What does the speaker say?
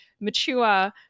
mature